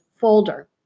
folder